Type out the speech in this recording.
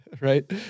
right